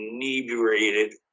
inebriated